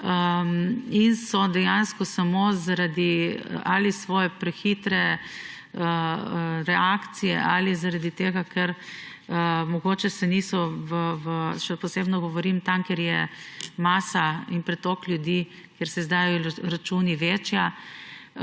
in so dejansko ali samo zaradi svoje prehitre reakcije ali zaradi tega, ker mogoče se niso … Še posebej govorim tam, kjer je masa in pretok ljudi, kjer se izdajajo računi, večja,